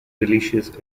delicious